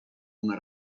una